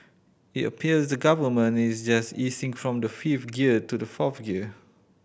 it appears the Government is just easing from the fifth gear to the fourth gear